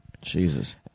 Jesus